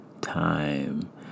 time